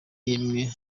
n’imwe